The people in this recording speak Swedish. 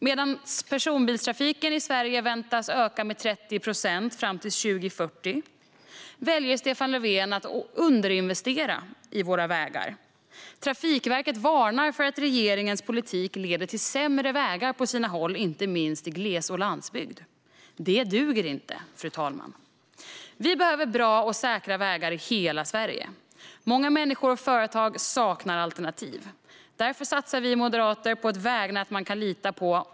Medan personbilstrafiken i Sverige väntas öka med 30 procent till 2040 väljer Stefan Löfven att underinvestera i våra vägar. Trafikverket varnar för att regeringens politik leder till sämre vägar på sina håll, inte minst för gles och landsbygd. Det duger inte, fru talman. Vi behöver bra och säkra vägar i hela Sverige. Många människor och företag saknar alternativ. Därför satsar vi moderater på ett vägnät man kan lita på.